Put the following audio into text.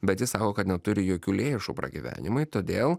bet jis sako kad neturi jokių lėšų pragyvenimui todėl